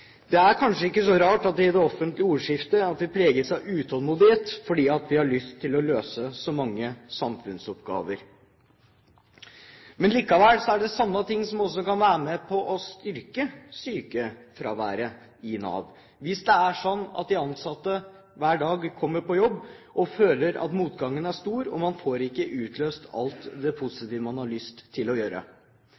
Det er kanskje ikke så rart at vi i det offentlige ordskiftet preges av utålmodighet, for vi har lyst til å løse så mange samfunnsoppgaver. Men likevel er det sånne ting som kan være med på å øke sykefraværet i Nav, hvis det er sånn at de ansatte hver dag kommer på jobb og føler at motgangen er stor, og man ikke får utløst alt det